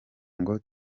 ngo